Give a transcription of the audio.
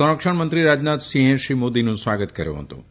સંરક્ષણ મંત્રી રાજનાથસિંહે શ્રી મોદીનું સ્વાગત કર્યું હતું